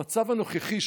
המצב הנוכחי,